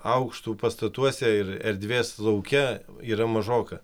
aukštų pastatuose ir erdvės lauke yra mažoka